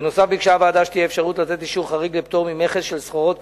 בנוסף ביקשה הוועדה שתהיה אפשרות לתת אישור חריג לפטור ממכס של סחורות,